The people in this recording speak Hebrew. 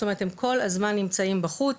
זאת אומרת הם כל הזמן נמצאים בחוץ.